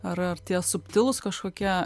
ar ar tie subtilūs kažkokie